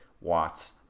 watts